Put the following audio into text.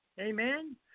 Amen